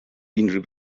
unrhyw